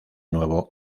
nuevo